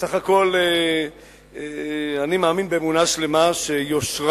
בסך הכול אני מאמין באמונה שלמה שיושרה,